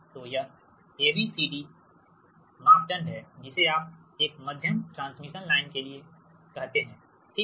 तो यह A B C D parameter है जिसे आप एक मध्यम ट्रांसमिशन लाइन के लिए कहते हैं ठीक